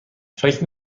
فکر